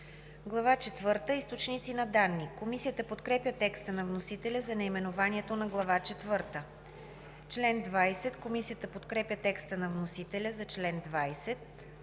четвърта – Източници на данни“. Комисията подкрепя текста на вносителя за наименованието на Глава четвърта. Комисията подкрепя текста на вносителя за чл. 20.